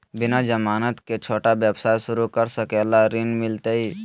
बिना जमानत के, छोटा व्यवसाय शुरू करे ला ऋण मिलतई?